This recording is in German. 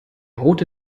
rote